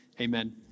amen